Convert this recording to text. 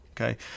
okay